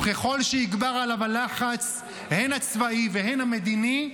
וככל שיגבר עליו הלחץ, הן הצבאי והן המדיני,